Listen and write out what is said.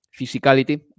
physicality